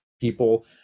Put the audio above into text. people